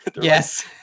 Yes